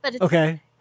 Okay